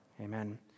Amen